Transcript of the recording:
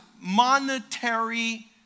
monetary